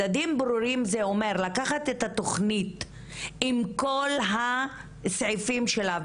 מדדים ברורים זה אומר לקחת את התוכנית עם כל הסעיפים שלה,